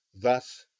thus